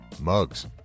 mugs